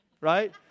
right